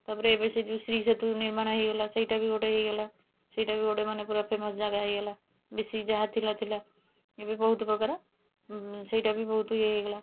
ତା'ପରେ ଏବେ ସେ ଯେଉଁ ଶ୍ରୀ ସେତୁ ନିର୍ମାଣ ହେଇଗଲା ସେଇଟାବି ଗୋଟେ ହେଇଗଲା ସେଇଟାବି ଗୋଟେ ମାନେ ପୂରା ଫେମସ୍ ଜାଗା ହେଇଗଲା ବେଶି ଯାହା ଥିଲା ଥିଲା ଏବେ ବହୁତପ୍ରକାର ସେଇଟା ବି ବହୁତ ଇଏ ହେଇଗଲା